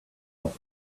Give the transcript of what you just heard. off